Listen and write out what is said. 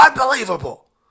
unbelievable